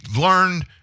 learned